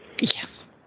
Yes